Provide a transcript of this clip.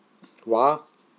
!wah!